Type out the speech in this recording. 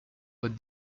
vote